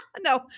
No